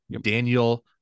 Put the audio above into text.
Daniel